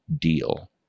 deal